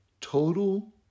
total